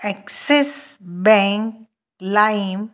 axis bank lime